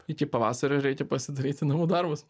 iki pavasario reikia pasidaryti namų darbus